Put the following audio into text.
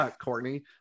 courtney